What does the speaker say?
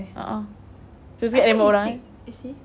a'ah susah nak jumpa orang eh